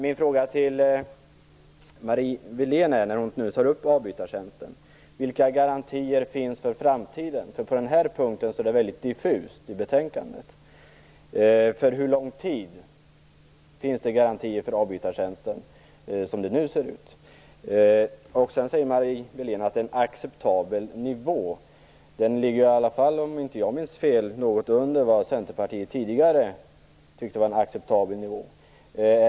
Min fråga till Marie Wilén om avbytarverksamheten är: Vilka garantier finns för framtiden? På den här punkten är detta väldigt diffust i betänkandet. För hur lång tid skall det finnas garantier för avbytarverksamheten, som det nu ser ut? Marie Wilén säger att nivån är acceptabel. Men den ligger ju i alla fall, om jag inte minns fel, något under vad Centerpartiet tidigare ansåg vara en acceptabel nivå.